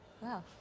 Wow